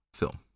Film